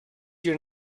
your